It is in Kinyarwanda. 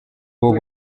ubu